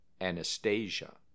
Anastasia